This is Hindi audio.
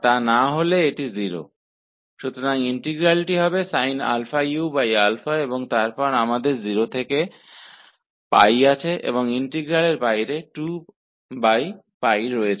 तो इसका इंटीग्रल होगा sin u और फिर यहाँ लिमिट 0 से π है और 2π यहाँ बाहर इस इंटीग्रल के बाहर है